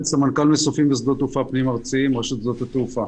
אני סמנכ"ל מסופים בשדות תעופה פנים-ארציים ברשות שדות התעופה.